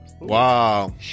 Wow